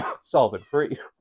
solvent-free